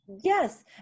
yes